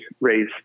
raise